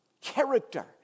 character